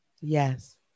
Yes